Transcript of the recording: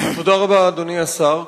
תודה רבה, אדוני השר.